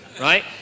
right